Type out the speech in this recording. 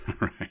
Right